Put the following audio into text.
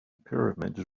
pyramids